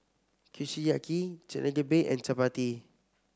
Kushiyaki Chigenabe and Chapati